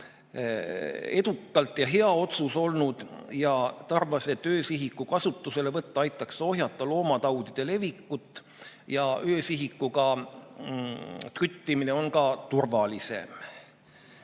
edukas ja hea otsus olnud. Ta arvas, et öösihiku kasutuselevõtt aitaks ohjata loomataudide levikut ja öösihikuga küttimine on ka turvalisem.